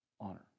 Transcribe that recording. Honor